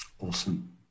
Awesome